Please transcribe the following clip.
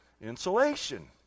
Insulation